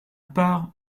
part